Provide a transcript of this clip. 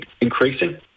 increasing